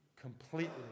completely